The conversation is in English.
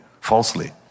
falsely